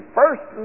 first